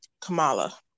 Kamala